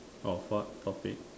of what topic